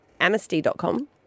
amnesty.com